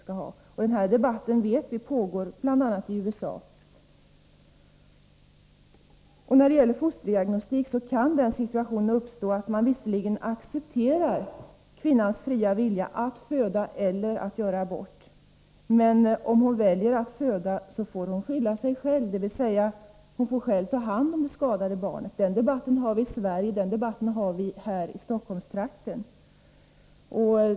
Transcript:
Vi vet att den här debatten pågår i bl.a. USA. När det gäller fosterdiagnostik kan den situationen uppstå att kvinnans fria val att föda eller att göra abort accepteras, men om hon väljer att föda får hon skylla sig själv, dvs. hon får själv ta hand om det skadade barnet. Den debatten har vi i Sverige, här i Stockholmstrakten.